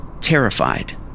terrified